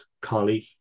colleague